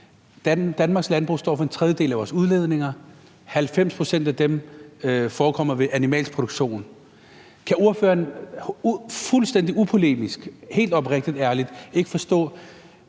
Danmarks landbrug står for en tredjedel af vores udledninger. 90 pct. af dem forekommer ved animalsk produktion. Kan ordføreren – fuldstændig upolemisk, helt oprigtigt og ærligt – ikke forstå,